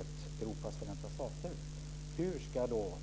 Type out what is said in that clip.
ett Europas förenta stater.